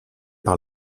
par